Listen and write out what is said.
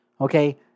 Okay